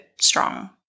strong